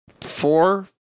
four